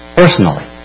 personally